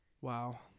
Wow